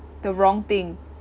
the wrong thing